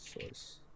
source